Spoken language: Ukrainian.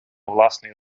власний